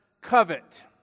covet